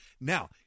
Now